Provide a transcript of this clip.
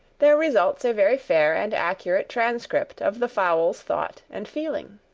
there results a very fair and accurate transcript of the fowl's thought and feeling.